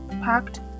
packed